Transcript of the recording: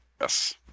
Yes